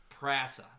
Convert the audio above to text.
Prasa